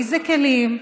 איזה כלים.